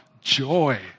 joy